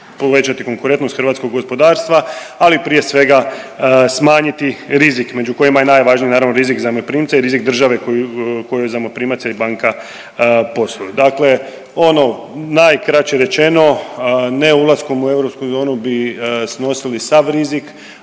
povećati konkurentnost hrvatskog gospodarstva, ali i prije svega smanjiti rizik, među kojima je najvažnije, naravno, rizik zajmoprimce i rizik države koju zajmoprimac ili banka posluju. Dakle ono najkraće rečeno, ne ulaskom u europsku zonu bi snosili sav rizik,